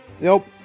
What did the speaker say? Nope